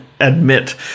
admit